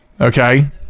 okay